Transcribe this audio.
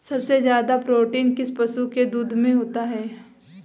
सबसे ज्यादा प्रोटीन किस पशु के दूध में होता है?